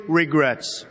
regrets